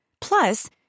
Plus